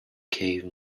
cave